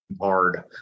hard